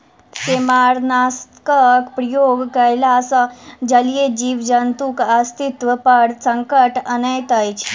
सेमारनाशकक प्रयोग कयला सॅ जलीय जीव जन्तुक अस्तित्व पर संकट अनैत अछि